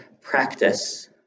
practice